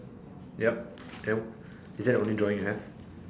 yup then is that the only drawing you have